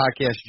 podcast